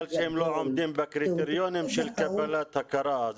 שהם לא עומדים בקריטריונים של קבלת הכרה.